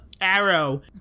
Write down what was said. Arrow